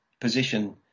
position